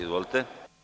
Izvolite.